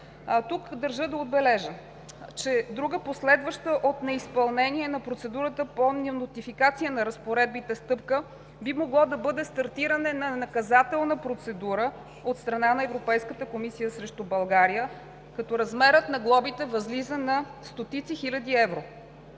Тук държа да отбележа, че друга последица от неизпълнение на процедурата по нотификация на разпоредбите би могло да бъде и стартиране на наказателна процедура от страна на Европейската комисия срещу България, като размерът на глобите възлиза на стотици хиляди евро.